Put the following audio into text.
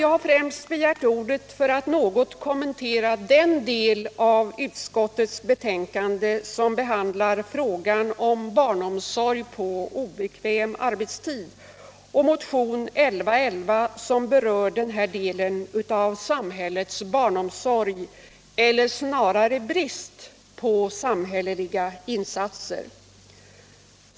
Jag har begärt ordet främst för att något kommentera den del av utskottets betänkande som behandlar frågan om barnomsorg på obekväm arbetstid och motionen 1111, som berör denna del av samhällets barnomsorg, eller snarare bristen på samhälleliga insatser.